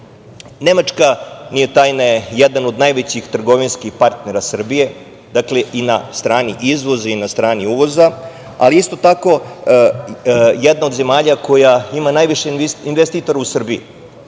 nivo. Nemačka, nije tajna, je jedan od najvećih trgovinskih partnera Srbije i na strani izvoza i na strani uvoza, ali isto tako, jedna od zemalja koja ima najviše investitora u Srbiji.